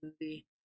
movie